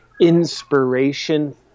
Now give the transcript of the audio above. inspiration